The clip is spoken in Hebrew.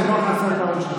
מרמה והפרת אמונים.